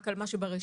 רק על מה שברשימה?